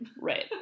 right